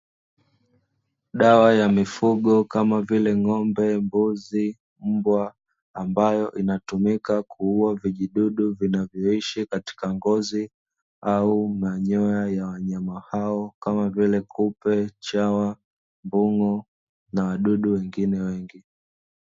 Dawa ya mifugo kama vile ng,ombe, mbuzi, mbwa ambayo inatumika kuuwa vijidudu vinavyoishi kwenye ngozi au manyoya wa wanyama hao kama vile kupe, chawa, mbung’o na wadudu wengine wengi.